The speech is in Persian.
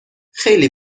خیلی